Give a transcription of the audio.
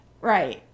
right